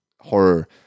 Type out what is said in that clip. horror